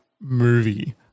movie